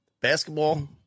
Basketball